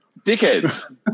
Dickheads